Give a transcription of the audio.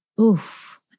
oof